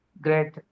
great